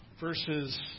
verses